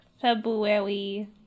February